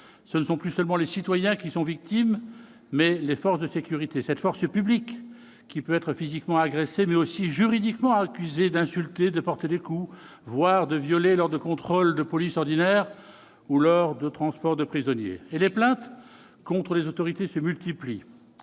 Ce ne sont plus seulement les citoyens qui en sont victimes, mais les forces de sécurité, cette force publique qui peut être physiquement agressée, mais aussi juridiquement accusée d'insulter, de porter des coups, voire de violer lors de contrôles de police ordinaires ou lors de transports de prisonniers. Et les plaintes contre les autorités se multiplient.